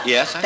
Yes